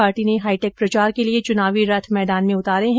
party ने hi tech प्रचार के लिये चुनावी रथ मैदान में उतारे है